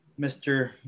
mr